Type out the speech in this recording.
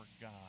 God